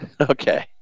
Okay